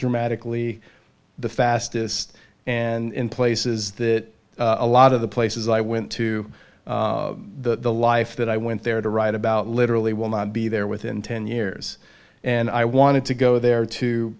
dramatically the fastest and in places that a lot of the places i went to the life that i went there to write about literally will not be there within ten years and i wanted to go there to